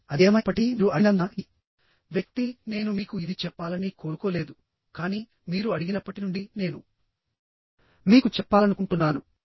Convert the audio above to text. కాబట్టి అది ఏమైనప్పటికీ మీరు అడిగినందున ఈ వ్యక్తి నేను మీకు ఇది చెప్పాలని కోరుకోలేదు కానీ మీరు అడిగినప్పటి నుండి నేను మీకు చెప్పాలనుకుంటున్నాను